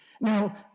Now